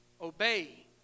obey